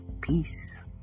Peace